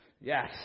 Yes